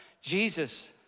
Jesus